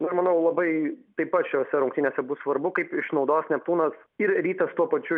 na ir manau labai taip pat šiose rungtynėse bus svarbu kaip išnaudos neptūnas ir rytas tuo pačiu